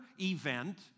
event